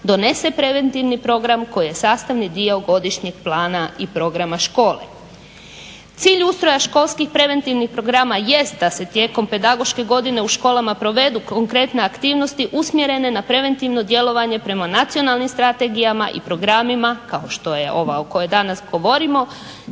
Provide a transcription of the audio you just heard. donese preventivni program koji je sastavni dio godišnjeg plana i programa škole. Cilj ustroja školskih preventivnih programa jest da se tijekom pedagoške godine u školama provedu konkretne aktivnosti usmjerene na preventivno djelovanje prema nacionalnim strategijama i programima kao što je ova o kojoj danas govorimo,